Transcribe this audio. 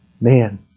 Man